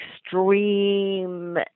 extreme